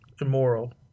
Immoral